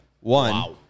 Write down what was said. One